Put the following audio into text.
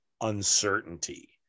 uncertainty